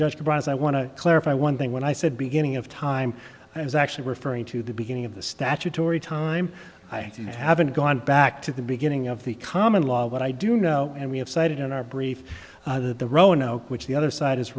just browse i want to clarify one thing when i said beginning of time i was actually referring to the beginning of the statutory time i haven't gone back to the beginning of the common law what i do know and we have cited in our brief that the roanoke which the other side is